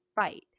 fight